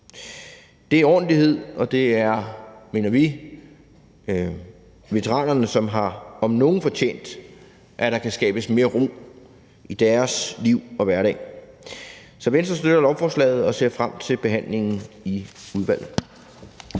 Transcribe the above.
Det er ordentlighed, og det er, mener vi, veteranerne, som om nogen har fortjent, at der kan skabes mere ro i deres liv og hverdag. Så Venstre støtter lovforslaget og ser frem til behandlingen i udvalget.